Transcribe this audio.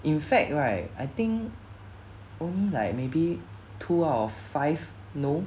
in fact right I think only like maybe two out of five know